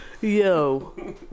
Yo